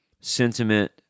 sentiment